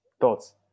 Thoughts